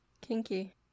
Kinky